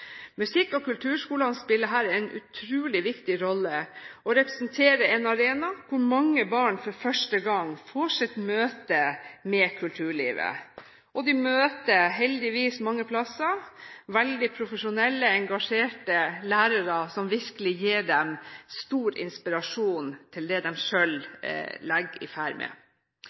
Musikk- og kulturskolene spiller her en utrolig viktig rolle og representerer en arena hvor mange barn første gang får sitt møte med kulturlivet. Og de møter heldigvis, mange plasser, veldig profesjonelle, engasjerte lærere som virkelig gir dem stor inspirasjon til det de selv legger i vei med.